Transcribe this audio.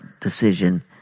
decision